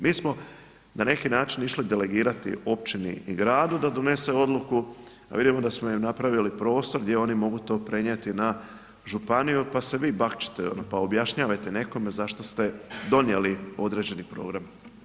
Mi smo, na neki način išli delegirati općini i gradu da donese odluku, a vidimo da smo im napravili prostor gdje oni mogu to prenijeti na županiju pa se vi bakćite pa objašnjavajte nekome zašto ste donijeli određeni program.